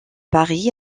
paris